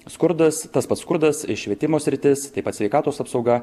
skurdas tas pats skurdas švietimo sritis taip pat sveikatos apsauga